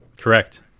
Correct